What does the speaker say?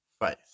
faith